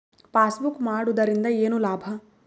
Passbook ಮಾಡುದರಿಂದ ಏನು ಲಾಭ?